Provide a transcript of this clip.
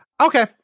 Okay